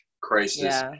crisis